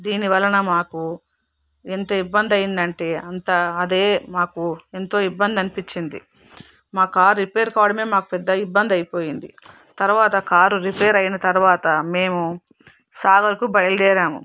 దీని వలన మాకు ఎంత ఇబ్బంది అయ్యిందంటే అంతా అదే మాకు ఎంతో ఇబ్బంది అనిపించింది మా కారు రిపేరు కావడమే మాకు ఇబ్బంది అయిపోయింది తర్వాత కారు రిపేరు అయిన తర్వాత మేము సాగర్కు బయలుదేరాము